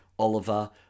Oliver